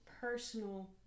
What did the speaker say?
personal